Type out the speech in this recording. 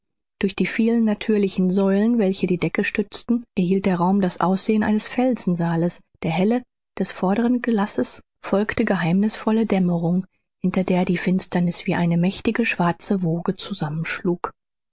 durch die vielen natürlichen säulen welche die decke stützten erhielt der raum das aussehen eines felsensaales der helle des vorderen gelasses folgte geheimnisvolle dämmerung hinter der die finsterniß wie eine mächtige schwarze woge zusammenschlug